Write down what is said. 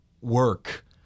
work